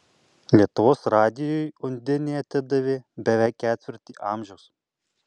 lietuvos radijui undinė atidavė beveik ketvirtį amžiaus